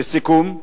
לסיכום,